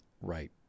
Right